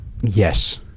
Yes